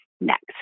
next